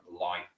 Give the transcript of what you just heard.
light